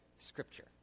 scripture